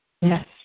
Yes